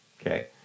okay